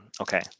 okay